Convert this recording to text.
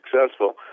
successful